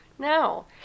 No